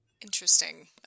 Interesting